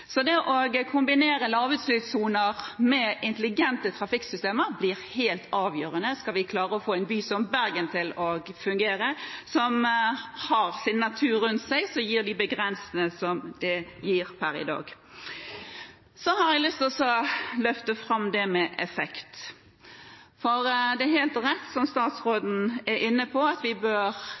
Så det å kombinere lavutslippssoner med intelligente trafikksystemer blir helt avgjørende, skal vi klare å få en by som Bergen til å fungere, som har sin natur rundt seg med de begrensninger som det gir per i dag. Så har jeg lyst til å løfte fram dette med effekt. Det er helt rett, som statsråden er inne på, at vi bør